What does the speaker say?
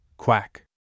Quack